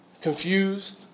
confused